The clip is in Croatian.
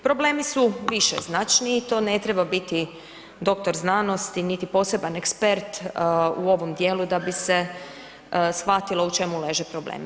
Problemi su višeznačni i to ne treba biti doktor znanosti niti poseban ekspert u ovom djelu da bi se shvatilo u čemu leže problemi.